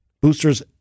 Boosters